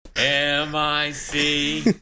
M-I-C